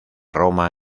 roma